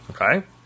Okay